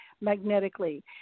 magnetically